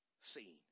seen